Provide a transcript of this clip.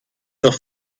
noch